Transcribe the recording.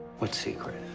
what secret?